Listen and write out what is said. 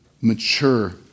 mature